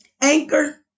anchor